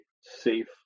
safe